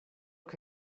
que